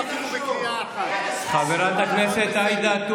לפני יומיים כל החבורה פה